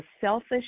selfish